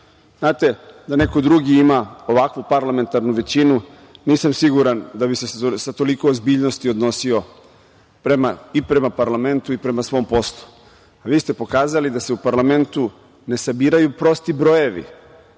da neko drugi ima ovakvu parlamentarnu većinu, nisam siguran da bi se sa toliko ozbiljnosti odnosio i prema parlamentu i prema svom poslu. Vi ste pokazali da se u parlamentu ne sabiraju prosti brojevi,